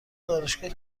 دانشگاه